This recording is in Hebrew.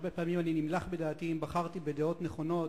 הרבה פעמים אני נמלך בדעתי אם בחרתי בדעות נכונות,